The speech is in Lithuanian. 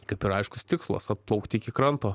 kaip ir aiškus tikslas atplaukti iki kranto